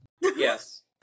Yes